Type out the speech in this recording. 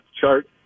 chart